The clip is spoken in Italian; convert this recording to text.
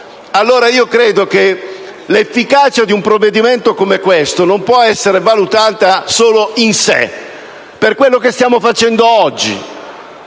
per cento. Credo che l'efficacia di un provvedimento come questo non possa essere valutata in sé, per quello che stiamo facendo oggi: